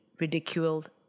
ridiculed